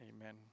Amen